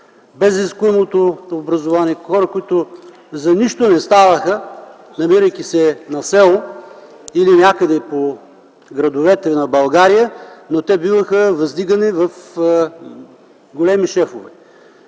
изискуемото образование, хора, които за нищо не ставаха, намирайки се на село или някъде по градовете на България, но те биваха въздигани в големи шефове.